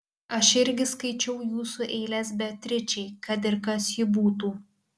aš irgi skaičiau jūsų eiles beatričei kad ir kas ji būtų